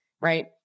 right